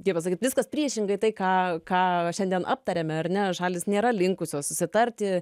kaip pasakyt viskas priešingai tai ką ką šiandien aptarėme ar ne šalys nėra linkusios susitarti